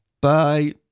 Bye